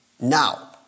Now